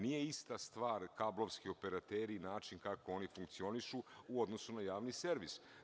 Nije ista stvar kablovski operateri i način kako oni funkcionišu u odnosu na javni servis.